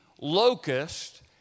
locust